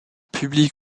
publie